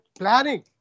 planning